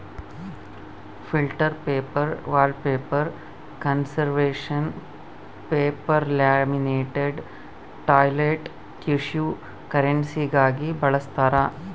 filter paper wallpaper conservation paper laminated toilet tissue ಕರೆನ್ಸಿಗಾಗಿ ಬಳಸ್ತಾರ